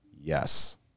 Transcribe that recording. Yes